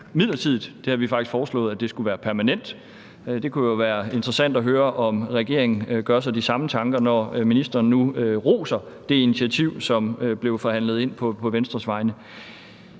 midlertidigt, det har vi faktisk foreslået skulle være permanent, så det kunne jo være interessant at høre, om regeringen gør sig de samme tanker, når ministeren nu roser det initiativ, som blev forhandlet ind på Venstres vegne.